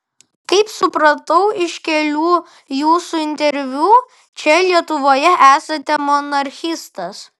kaip supratau iš kelių jūsų interviu čia lietuvoje esate monarchistas